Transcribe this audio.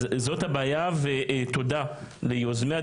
אז זאת הבעיה ותודה ליוזמי הדיון,